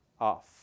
off